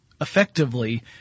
effectively